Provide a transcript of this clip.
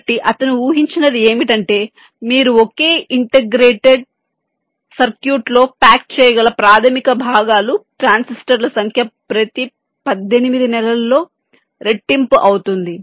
కాబట్టి అతను ఊహించినది ఏమిటంటే మీరు ఒకే ఇంటిగ్రేటెడ్ సర్క్యూట్లో ప్యాక్ చేయగల ప్రాథమిక భాగాల ట్రాన్సిస్టర్ల సంఖ్య ప్రతి పద్దెనిమిది నెలల్లో రెట్టింపు అవుతుంది